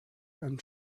and